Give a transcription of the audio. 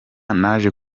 naje